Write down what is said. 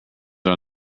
are